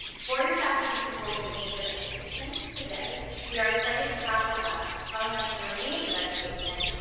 four years after being told the aims of education, today we are excited to have with us, telling us the remains of education,